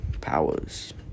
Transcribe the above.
powers